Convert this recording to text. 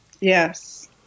Yes